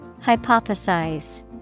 Hypothesize